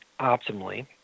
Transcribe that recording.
optimally